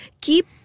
keep